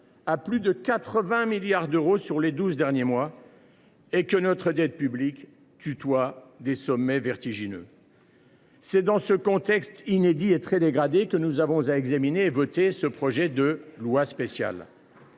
à plus de 80 milliards d’euros sur les douze derniers mois, tandis que notre dette publique tutoie des sommets vertigineux. Compte tenu du contexte inédit et très dégradé dans lequel nous avons à examiner ce projet de loi spéciale,